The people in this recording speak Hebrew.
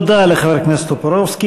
תודה לחבר הכנסת טופורובסקי.